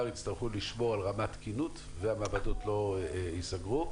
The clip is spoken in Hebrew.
יצטרכו לשמור על רמת תקינות והמעבדות לא ייסגרו,